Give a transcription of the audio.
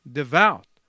devout